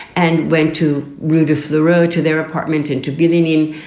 and went to read off the road to their apartment and to getting in,